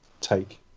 take